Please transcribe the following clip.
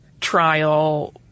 trial